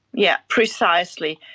yeah precisely.